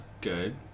good